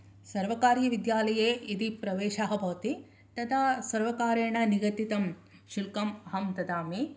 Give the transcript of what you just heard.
सर्वकारीयविद्यालये यदि प्रवेशः भवति तदा सर्वकारेण निगदितं शुल्कम् अहं ददामि